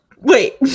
Wait